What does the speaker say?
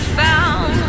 found